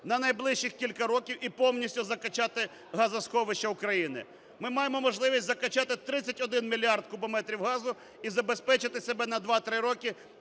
на найближчих кілька років і повністю закачати газосховища України. Ми маємо можливість закачати 31 мільярд кубометрів газу і забезпечити себе на 2-3 три